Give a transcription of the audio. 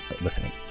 listening